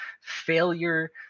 failure